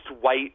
white